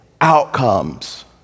outcomes